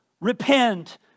repent